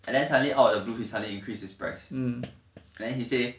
and then suddenly out of the blue he suddenly increase his price then he say